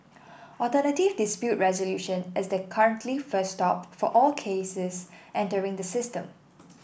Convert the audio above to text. alternative dispute resolution is the currently first stop for all cases entering the system